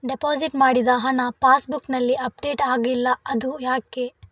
Deposit ಮಾಡಿದ ಹಣ ಪಾಸ್ ಬುಕ್ನಲ್ಲಿ ಅಪ್ಡೇಟ್ ಆಗಿಲ್ಲ ಅದು ಯಾಕೆ?